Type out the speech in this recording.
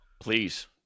Please